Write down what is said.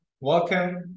welcome